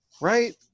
Right